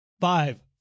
Five